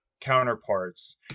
counterparts